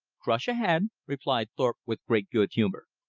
crush ahead, replied thorpe with great good humor.